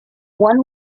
one